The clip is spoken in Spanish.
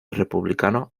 republicano